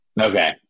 Okay